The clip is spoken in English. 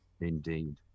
indeed